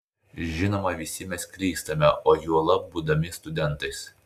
žinoma visi mes klystame o juolab būdami studentais